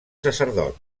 sacerdot